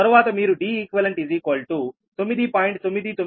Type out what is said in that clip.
తరువాత మీరు Deq 9